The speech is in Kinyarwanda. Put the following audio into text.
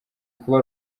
kuba